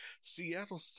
Seattle